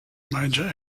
major